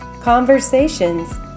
conversations